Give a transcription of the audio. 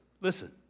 listen